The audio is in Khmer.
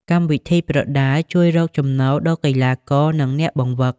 កម្មវិធីប្រដាល់ជួយ រកចំណូល ដល់កីឡាករនិងអ្នកបង្វឹក។